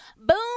Boom